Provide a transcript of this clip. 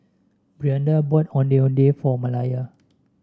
Brianda bought Ondeh Ondeh for Malaya